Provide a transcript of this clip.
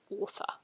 author